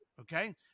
Okay